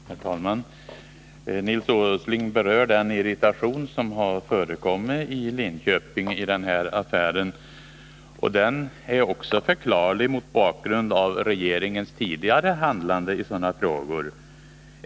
Herr talman! Nils Åsling berörde den irritation som har förekommit i Linköping på grund av den här affären. Irritationen är förklarlig också mot bakgrund av regeringens tidigare handlande i sådana här frågor.